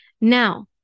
Now